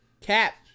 cap